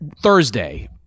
Thursday